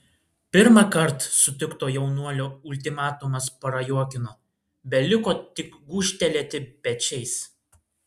pirmąkart sutikto jaunuolio ultimatumas prajuokino beliko tik gūžtelėti pečiais